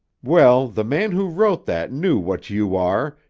well, the man who wrote that knew what you are,